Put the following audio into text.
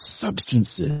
substances